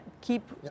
keep